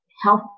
health